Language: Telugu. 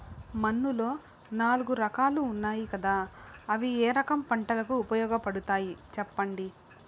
మన్నులో నాలుగు రకాలు ఉన్నాయి కదా అవి ఏ రకం పంటలకు ఉపయోగపడతాయి చెప్పండి?